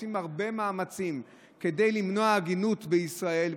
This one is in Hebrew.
עושים הרבה מאמצים כדי למנוע עגינות בישראל,